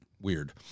weird